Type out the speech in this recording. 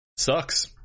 sucks